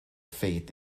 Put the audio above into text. faith